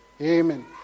Amen